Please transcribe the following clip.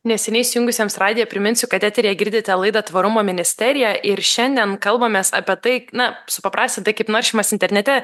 neseniai įsijungusiems radiją priminsiu kad eteryje girdite laidą tvarumo ministerija ir šiandien kalbamės apie tai na supaprastintai kaip naršymas internete